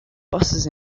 buses